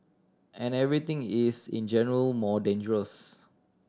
and everything is in general more dangerous